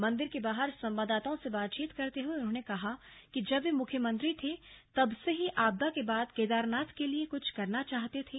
मन्दिर के बाहर संवाददाताओं से बातचीत करते हये उन्होंने कहा कि जब वे मुख्यमंत्री थे तब से ही आपदा के बाद केदारनाथ के लिए कुछ करना चाहते थे